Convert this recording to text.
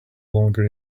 longer